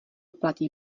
platí